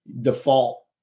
default